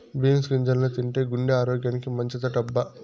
beans గింజల్ని తింటే గుండె ఆరోగ్యానికి మంచిదటబ్బా